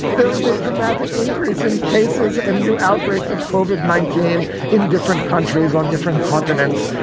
there is a dramatic increase in cases and new outbreaks of covered nineteen in different countries on different continents.